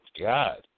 God